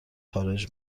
خارج